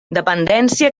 dependència